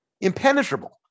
Impenetrable